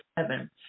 seven